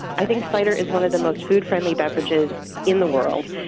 i think cider is one of the most food-friendly beverages in the world.